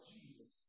Jesus